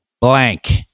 blank